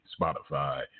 Spotify